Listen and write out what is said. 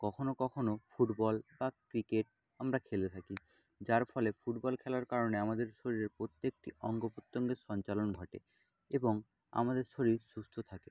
কখনো কখনো ফুটবল বা ক্রিকেট আমরা খেলে থাকি যার ফলে ফুটবল খেলার কারণে আমাদের শরীরের প্রত্যেকটি অঙ্গ প্রত্যঙ্গের সঞ্চালন ঘটে এবং আমাদের শরীর সুস্থ থাকে